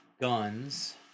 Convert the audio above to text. guns